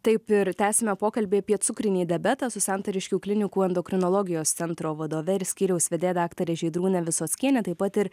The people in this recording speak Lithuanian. taip ir tęsiame pokalbį apie cukrinį diabetą su santariškių klinikų endokrinologijos centro vadove ir skyriaus vedėja daktare žydrūne visockiene taip pat ir